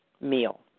meal